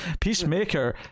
Peacemaker